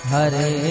Hare